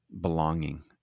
belonging